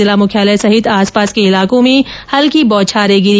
जिला मुख्यालय सहित आस पास के इलाकों में हल्की बौछारे गिरी